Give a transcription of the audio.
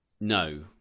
No